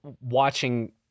watching